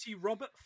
Robert